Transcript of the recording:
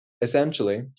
essentially